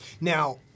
Now